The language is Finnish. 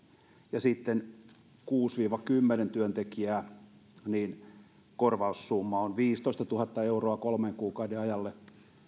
ja jos on kuusi viiva kymmenen työntekijää niin korvaussumma on viisitoistatuhatta euroa kolmen kuukauden ajalle